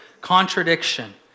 contradiction